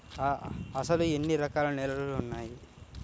అసలు ఎన్ని రకాల నేలలు వున్నాయి?